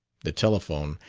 the telephone,